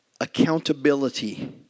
accountability